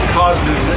causes